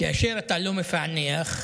כאשר אתה לא מפענח,